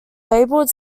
labeled